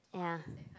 ya